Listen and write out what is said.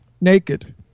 naked